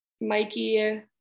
Mikey